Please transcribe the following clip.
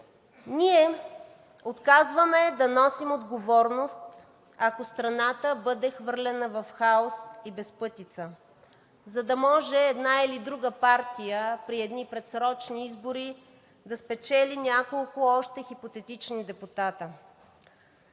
Ние отказваме да носим отговорност, ако страната бъде хвърлена в хаос и безпътица, за да може една или друга партия при едни предсрочни избори да спечели още няколко хипотетични депутати.